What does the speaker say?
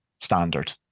standard